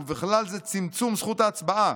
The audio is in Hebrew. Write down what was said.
ובכלל זה צמצום זכות ההצבעה